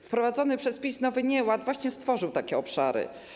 Wprowadzony przez PiS nowy nieład właśnie stworzył takie obszary.